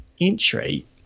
entry